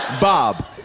Bob